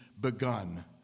begun